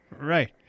Right